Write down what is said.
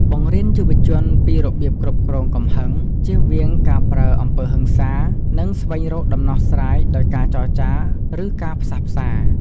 បង្រៀនយុវជនពីរបៀបគ្រប់គ្រងកំហឹង ជៀសវាងការប្រើអំពើហិង្សា និងស្វែងរកដំណោះស្រាយដោយការចរចា ឬការផ្សះផ្សា។